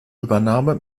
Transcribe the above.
übernahme